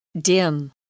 Dim